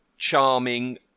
charming